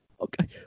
Okay